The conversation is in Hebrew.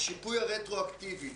השיפוי הרטרואקטיבי,